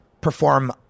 perform